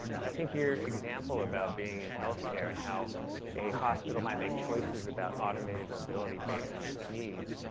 and i think your example about being in healthcare, and how a hospital might make choices about automated mobility based on its needs.